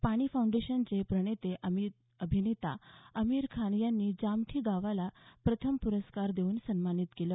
पाणी फाउंडेशनचे प्रणेते अभिनेता आमिर खान यांनी जामठी गावाला प्रथम पुरस्कार देऊन सन्मानित केलं